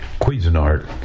Cuisinart